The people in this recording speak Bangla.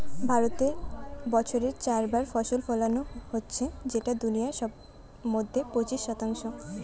ভারতে বছরে চার বার ফসল ফোলানো হচ্ছে যেটা দুনিয়ার মধ্যে পঁচিশ শতাংশ